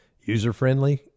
user-friendly